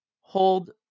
hold